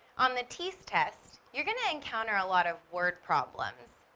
on the teas test, you are going to encounter a lot of word problems.